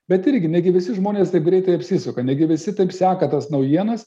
bet irgi negi visi žmonės taip greitai apsisuka negi visi taip seka tas naujienas